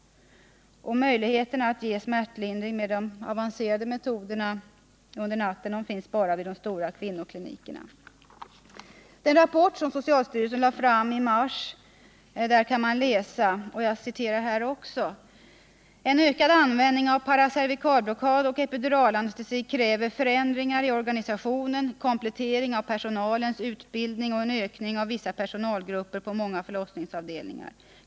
Möjligheten att ge smärtlindring med avancerade metoder under natten finns bara vid de stora kvinnoklinikerna. I den rapport som socialstyrelsen lade fram i mars kan man läsa: ”En ökad användning av paracervikalblockad och epiduralanestesi kräver förändringar i organisationen, komplettering av personalens utbildning och en ökning av vissa personalgrupper på många förlossningsavdelningar.